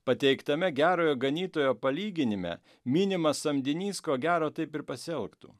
pateiktame gerojo ganytojo palyginime minimas samdinys ko gero taip ir pasielgtų